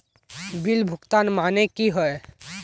Bill भुगतान माने की होय?